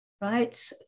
right